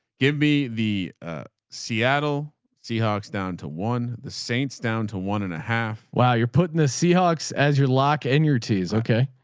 give me the seattle seahawks down to one, the saints down to one and a half. wow. you're putting the seahawks as your lock and your t's okay.